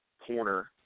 corner